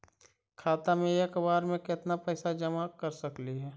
खाता मे एक बार मे केत्ना पैसा जमा कर सकली हे?